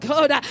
God